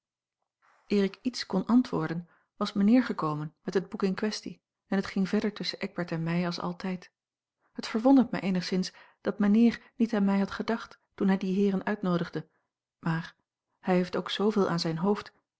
ik iets kon antwoorden was mijnheer gekomen met het boek in kwestie en het ging verder tusschen eckbert en mij als altijd het verwondert mij eenigszins dat mijnheer niet aan a l g bosboom-toussaint langs een omweg mij had gedacht toen hij die heeren uitnoodigde maar hij heeft ook zooveel aan zijn hoofd